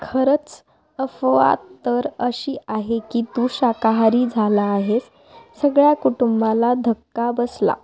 खरंच अफवा तर अशी आहे की तू शाकाहारी झाला आहेस सगळ्या कुटुंबाला धक्का बसला